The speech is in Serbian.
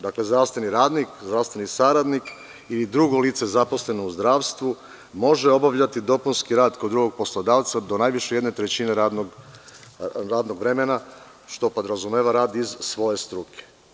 Dakle, zdravstveni radnik, zdravstveni saradnik i drugo lice zaposleno u zdravstvu može obavljati dopunski rad kod drugog poslodavca do najviše jedne trećine radnog vremena, što podrazumeva rad iz svoje struke.